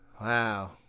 Wow